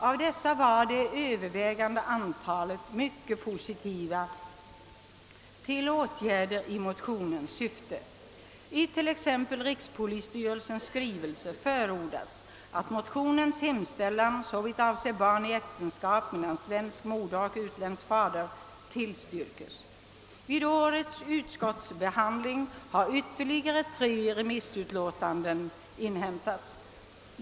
Av dessa var det övervägande antalet mycket positiva till åtgärder i motionens syfte. I t.ex. rikspolisstyrelsens skrivelse förordas, att motionens hemställan såvitt avser barn i äktenskap mellan svensk moder och utländsk fader tillstyrkes. Vid årets utskottsbehandling har ytterligare tre remissyttranden inhämtats.